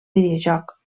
videojoc